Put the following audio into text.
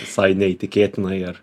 visai neįtikėtinai ar